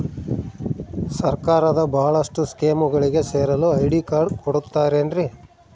ಸರ್ಕಾರದ ಬಹಳಷ್ಟು ಸ್ಕೇಮುಗಳಿಗೆ ಸೇರಲು ಐ.ಡಿ ಕಾರ್ಡ್ ಕೊಡುತ್ತಾರೇನ್ರಿ?